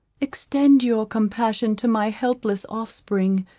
extend your compassion to my helpless offspring,